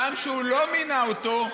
בפעם שהוא לא מינה אותו,